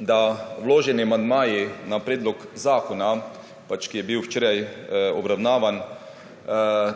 da vloženi amandmaji na predlog zakona, pač ki je bil včeraj obravnavan,